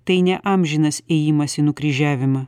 tai ne amžinas ėjimas į nukryžiavimą